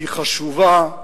היא חשובה,